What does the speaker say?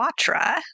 Quatra